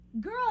girl